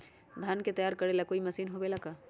धान के तैयार करेला कोई मशीन होबेला का?